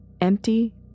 Empty